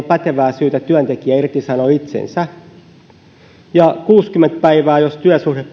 pätevää syytä työntekijä irtisanoo itsensä ja kuusikymmentä päivää jos työsuhde